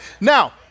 now